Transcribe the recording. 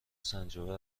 سنجابه